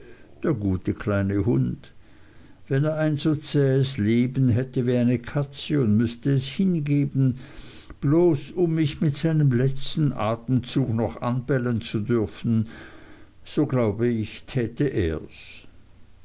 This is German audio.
der gute kleine hund wenn er ein so zähes leben hätte wie eine katze und müßte es hingeben bloß um mich mit seinem letzten atemzug noch anbellen zu dürfen so glaube ich täte ers